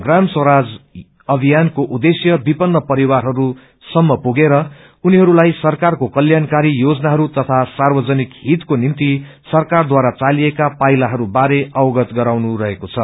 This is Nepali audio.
ग्राम स्वराज अभ्नियानको उद्देश्य विपन्न परिवारहरू सम्म पुगेर उनीहरूलाई सरकारको कल्याणकारी योजनाहरू तथा सार्वजनिक हितको निम्ति सरकारद्वारा चालिएका पाइलाहरू बारे उनीहरूलाई अवगत गराउनु रहेको छ